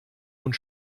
und